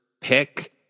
pick